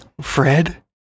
Fred